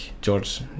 George